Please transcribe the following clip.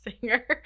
singer